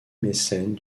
mécènes